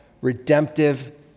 redemptive